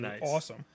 awesome